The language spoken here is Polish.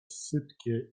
sypkie